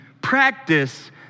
practice